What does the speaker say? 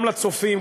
גם לצופים,